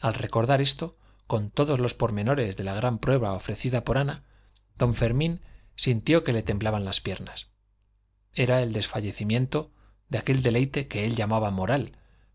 al recordar esto con todos los pormenores de la gran prueba ofrecida por ana don fermín sintió que le temblaban las piernas era el desfallecimiento de aquel deleite que él llamaba moral